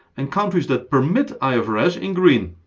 and countries that permit ifrs in green.